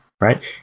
right